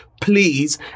please